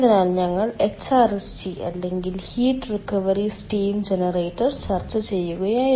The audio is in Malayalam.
അതിനാൽ ഞങ്ങൾ HRSG അല്ലെങ്കിൽ ഹീറ്റ് റിക്കവറി സ്റ്റീം ജനറേറ്റർ ചർച്ച ചെയ്യുകയായിരുന്നു